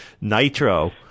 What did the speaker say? Nitro